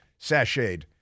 sashayed